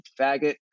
faggot